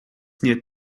нет